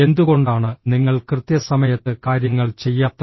എന്തുകൊണ്ടാണ് നിങ്ങൾ കൃത്യസമയത്ത് കാര്യങ്ങൾ ചെയ്യാത്തത്